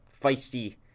feisty